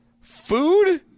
Food